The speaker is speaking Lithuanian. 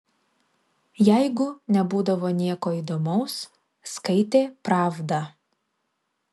jeigu nebūdavo nieko įdomaus skaitė pravdą